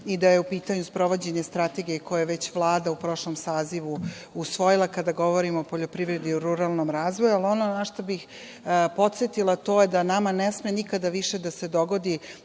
i da je u pitanju sprovođenje strategije koju je već Vlada u prošlom sazivu usvojila, kada govorimo o poljoprivredi i ruralnom razvoju. Ono na šta bih podsetila, to je da nama ne sme nikada više da se dogodi